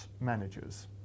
managers